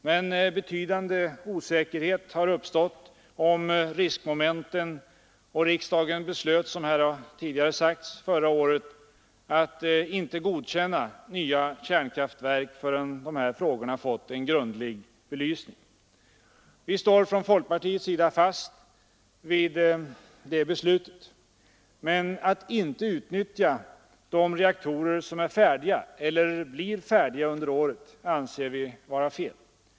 Men betydande osäkerhet har uppstått om riskmomenten, och riksdagen beslöt, som här tidigare har anförts, förra året att inte godkänna nya kärnkraftverk förrän dessa frågor fått en grundlig belysning. Vi står från folkpartiets sida fast vid det beslutet. Men att inte utnyttja de reaktorer som är färdiga eller blir färdiga under året anser vi vara fel.